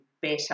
better